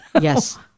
Yes